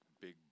Big